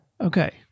Okay